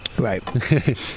Right